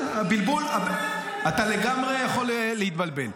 לא משנה, אתה לגמרי יכול להתבלבל.